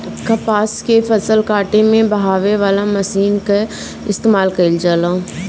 कपास के फसल काटे में बहावे वाला मशीन कअ इस्तेमाल कइल जाला